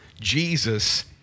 Jesus